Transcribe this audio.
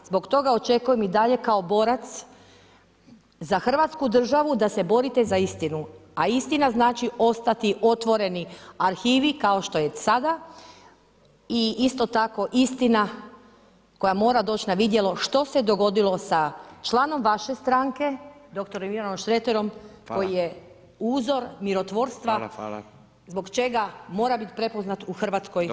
Zbog toga očekujem i dalje kao borac za Hrvatsku državu da se borite za istinu a istina znači ostati otvoreni arhivi kao što je sada i isto tako istina koja mora doći na vidjelo što se dogodilo sa članom vaše stranke dr. Ivanom Šreterom koji je uzor mirotvorstva zbog čega mora biti prepoznat u Hrvatskoj državi.